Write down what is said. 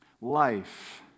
life